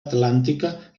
atlàntica